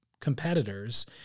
competitors